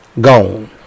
Gone